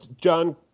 John